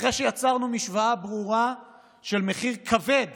אחרי שיצרנו משוואה ברורה של מחיר כבד